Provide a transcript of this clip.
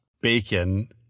Bacon